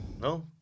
no